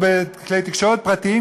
או בכלי תקשורת פרטיים,